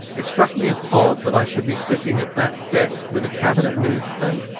it struck me as odd that i should be sitting at that desk with a cabinet minister,